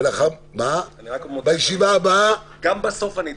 גם בסוף אני אדבר.